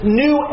new